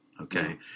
Okay